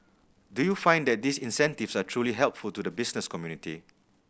do you find that these incentives are truly helpful to the business community